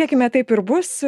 tikėkime taip ir bus